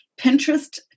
Pinterest